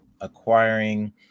acquiring